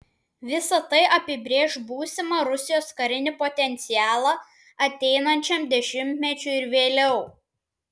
visa tai apibrėš būsimą rusijos karinį potencialą ateinančiam dešimtmečiui ir vėliau